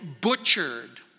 butchered